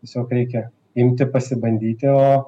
tiesiog reikia imti pasibandyti o